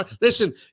Listen